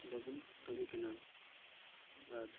ᱵᱟᱵᱚᱱ ᱠᱟᱹᱢᱤ ᱠᱟᱱᱟ ᱟᱨ